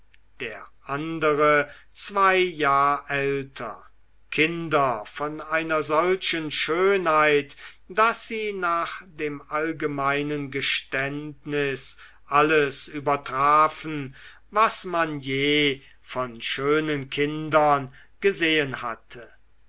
der andere zwei jahr älter kinder von einer solchen schönheit daß sie nach dem allgemeinen geständnis alles übertrafen was man je von schönen kindern gesehen hatte